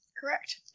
Correct